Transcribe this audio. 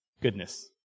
goodness